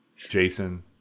Jason